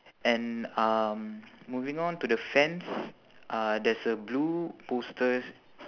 and um moving on to the fence uh there's a blue posters